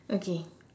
okay